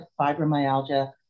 fibromyalgia